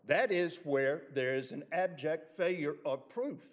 that is where there is an abject failure of proof